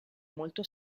molto